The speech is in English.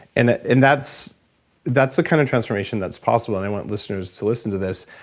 and and that's that's the kind of transformation that's possible, and i want listeners to listen to this.